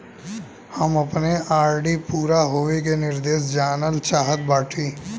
हम अपने आर.डी पूरा होवे के निर्देश जानल चाहत बाटी